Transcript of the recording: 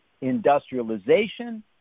industrialization